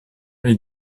est